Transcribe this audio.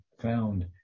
found